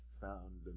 found